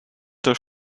das